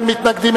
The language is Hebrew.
אין מתנגדים,